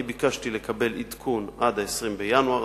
אני ביקשתי לקבל עדכון עד 20 בינואר,